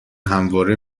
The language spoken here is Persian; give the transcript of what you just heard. همواره